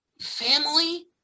Family